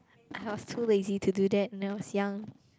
I was too lazy to do that when I was young